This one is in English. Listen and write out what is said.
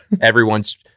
everyone's